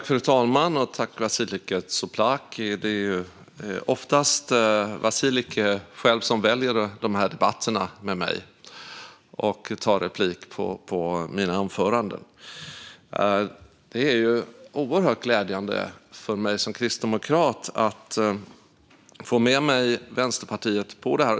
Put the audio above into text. Fru talman! Tack för det, Vasiliki Tsouplaki! Det är oftast Vasiliki som själv väljer dessa debatter med mig och begär replik på mina anföranden. Det är oerhört glädjande för mig som kristdemokrat att få med mig Vänsterpartiet i detta.